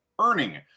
earning